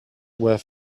were